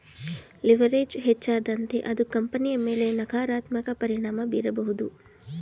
leverage ಹೆಚ್ಚಾದಂತೆ ಅದು ಕಂಪನಿಯ ಮೇಲೆ ನಕಾರಾತ್ಮಕ ಪರಿಣಾಮ ಬೀರಬಹುದು